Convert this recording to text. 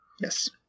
Yes